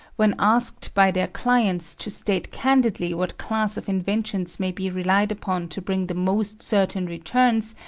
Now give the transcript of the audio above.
when asked by their clients to state candidly what class of inventions may be relied upon to bring the most certain returns,